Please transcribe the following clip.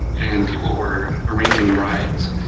and people were arranging rides.